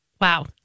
Wow